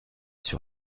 sur